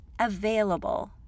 available